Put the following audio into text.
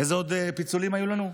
איזה עוד פיצולים היו לנו?